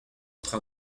train